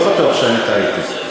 לא בטוח שאני טעיתי.